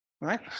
Right